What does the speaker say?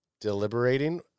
deliberating